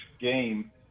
game